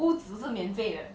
屋子是免费的